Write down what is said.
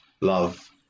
love